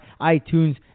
iTunes